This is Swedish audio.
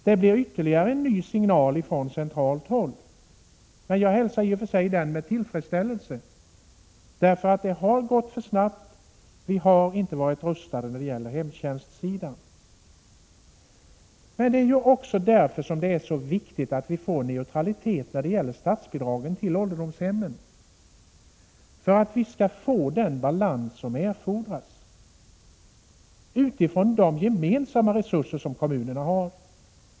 Det blir ytterligare en signal från centralt håll, men jag hälsar den i och för sig med tillfredsställelse, därför att det har gått för snabbt — vi har inte varit rustade på hemtjänstsidan. Men det är också viktigt med neutralitet i fråga om statsbidragen till ålderdomshemmen, för att vi skall få den balans som erfordras, utifrån de gemensamma resurser som kommunerna har.